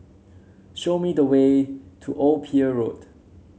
show me the way to Old Pier Road